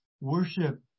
worship